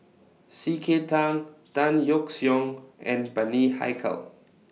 C K Tang Tan Yeok Seong and Bani Haykal